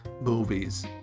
movies